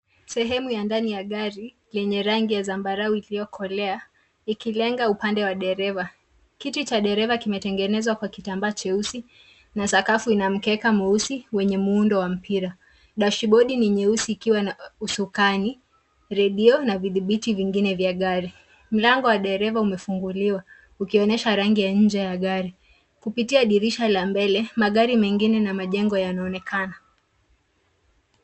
Sehemu ya ndani ya gari, yenye rangi ya zambarau iliyokolea, ikilenga upande wa dereva. Kiti cha dereva kimetengenezwa kwa kitambaa cheusi na sakafu ina mkeka mweusi wenye muundo wa wa mpira. Dashibodi ni nyeusi ikiwa na usukani, radio na vidhibiti vingine vya gari. Mlango wa dereva umefunguliwa ukionyesha rangi ya nje ya gari. Kupitia dirisha la mbele, magari mengine na majengo yanaonekana.